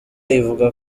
ivuga